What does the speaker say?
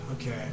Okay